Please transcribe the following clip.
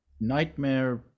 Nightmare